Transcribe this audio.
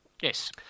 Yes